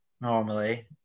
normally